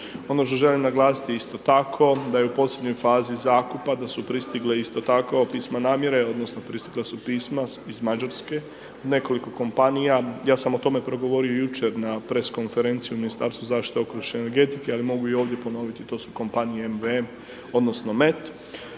Ono što želim naglasiti isto tako da je u posljednjoj fazi zakupa da su pristigla isto tako pisma namjere, odnosno pristigla su pisma iz Mađarske od nekoliko kompanija, ja sam o tome progovorio jučer na press konferenciji u Ministarstvu zaštite okoliša i energetike, ali mogu i ovdje ponovit to su kompanije MVM odnosno MET.